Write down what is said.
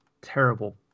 terrible